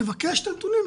לבקש את הנתונים,